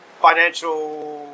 financial